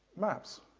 maps,